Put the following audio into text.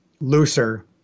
looser